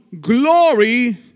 glory